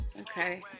Okay